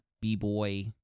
B-boy